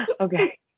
Okay